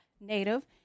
native